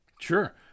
Sure